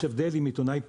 יש הבדל אם עיתונאי פעיל,